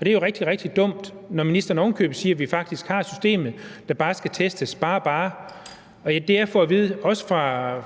det er jo rigtig, rigtig dumt, når ministeren ovenikøbet siger, at vi faktisk har systemet, og at det bare skal testes – bare og bare. Det, jeg også har fået at vide